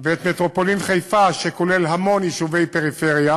ואת מטרופולין חיפה, שכוללת המון יישובי פריפריה